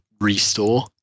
restore